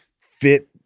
fit